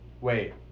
Wait